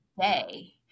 day